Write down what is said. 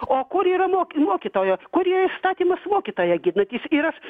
o kur yra mok mokytojo kur yra įstatymas mokytoją ginantys ir aš